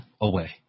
away